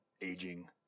aging